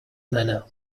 manner